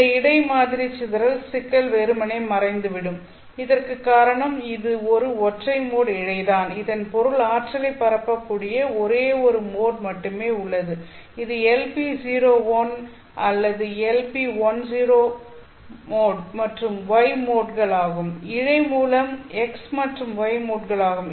இந்த இடை மாதிரி சிதறல் சிக்கல் வெறுமனே மறைந்துவிடும் இதற்குக் காரணம் இது ஒரு ஒற்றை மோட் இழைதான் இதன் பொருள் ஆற்றலைப் பரப்பக்கூடிய ஒரே ஒரு மோட் மட்டுமே உள்ளது இது LP01 மோட் அல்லது LP10 மோட் X மற்றும் Y மோட்கள் ஆகும்